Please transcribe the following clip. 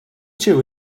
two